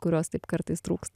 kurios taip kartais trūksta